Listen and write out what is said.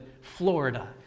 Florida